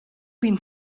been